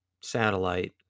satellite